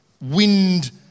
wind